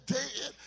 dead